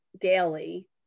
daily